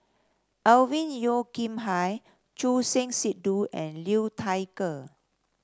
Alvin Yeo Khirn Hai Choor Singh Sidhu and Liu Thai Ker